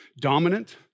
dominant